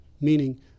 meaning